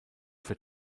für